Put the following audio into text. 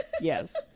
Yes